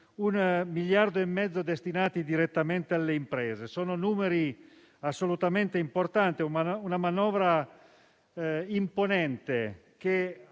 1,5 miliardi destinati direttamente alle imprese. Sono numeri assolutamente importanti di una manovra imponente, che